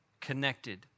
connected